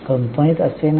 कंपनीत असे नाही